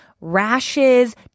Rashes